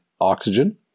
oxygen